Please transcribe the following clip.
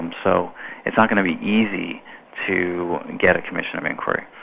and so it's not going to be easy to get a commission of inquiry.